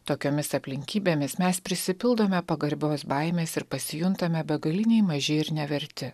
tokiomis aplinkybėmis mes prisipildome pagarbios baimės ir pasijuntame begaliniai maži ir neverti